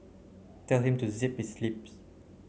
tell him to zip his lips